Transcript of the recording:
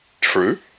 true